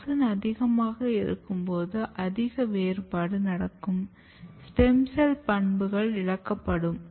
auxin அதிகமாக இருக்கும் போது அதிக வேறுபாடு நடக்கும் ஸ்டெம் செல் பண்புகள் இழக்கப்படும்